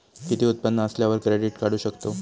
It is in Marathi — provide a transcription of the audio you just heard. किती उत्पन्न असल्यावर क्रेडीट काढू शकतव?